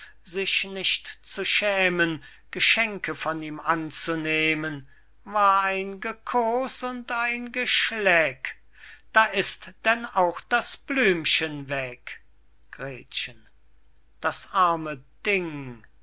sich nicht zu schämen geschenke von ihm anzunehmen war ein gekos und ein geschleck da ist denn auch das blümchen weg gretchen das arme ding